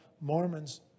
Mormons